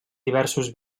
diversos